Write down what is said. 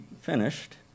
finished